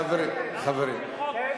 חברים, חברים.